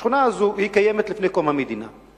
השכונה הזאת קיימת מלפני קום המדינה,